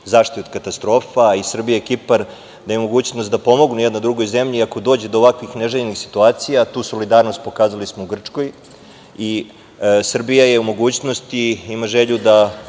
zaštite od katastrofa i Srbija i Kipar daju mogućnost da pomognu jedna drugoj zemlji ako dođe do ovakvih neželjenih situacija, a tu solidarnost pokazali smo u Grčkoj. Srbija je u mogućnosti i ima želju da,